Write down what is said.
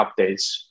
updates